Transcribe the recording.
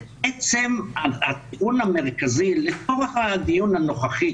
בעצם הטיעון המרכזי לצורך הדיון הנוכחי,